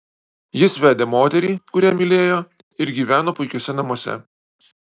jis vedė moterį kurią mylėjo ir gyveno puikiuose namuose